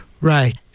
Right